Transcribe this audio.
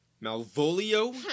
Malvolio